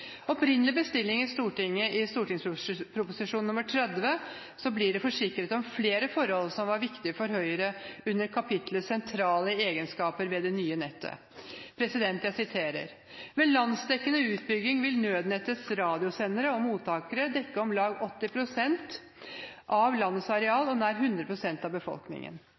opprinnelig bestilling for Stortinget i St.prp. nr. 30 for 2006–2007 blir det forsikret om flere forhold som var viktige for Høyre, under kapitlet «Sentrale egenskaper ved det nye nettet»: «Ved landsdekkende utbygging vil nødnettets radiosendere/mottakere dekke om lag 80 % av landets areal og nær 100 % av befolkningen.»